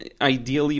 ideally